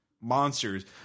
monsters